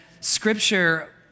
Scripture